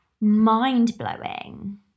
mind-blowing